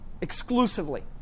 exclusively